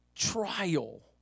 trial